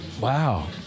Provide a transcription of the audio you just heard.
Wow